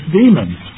demons